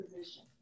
position